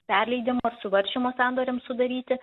perleidimo ar suvaržymo sandoriams sudaryti